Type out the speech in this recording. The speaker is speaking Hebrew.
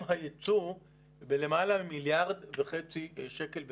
היצוא בלמעלה ממיליארד וחצי שקלים בשנה.